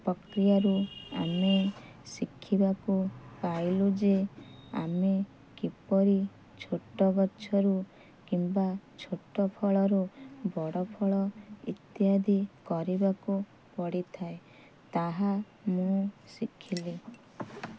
ପ୍ରକ୍ରିୟାରୁ ଆମେ ଶିଖିବାକୁ ପାଇଲୁ ଯେ ଆମେ କିପରି ଛୋଟ ଗଛରୁ କିମ୍ବା ଛୋଟ ଫଳରୁ ବଡ଼ ଫଳ ଇତ୍ୟାଦି କରିବାକୁ ପଡ଼ିଥାଏ ତାହା ମୁଁ ଶିଖିଲି